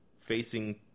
facing